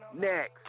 next